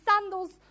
sandals